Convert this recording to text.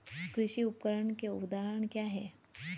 कृषि उपकरण के उदाहरण क्या हैं?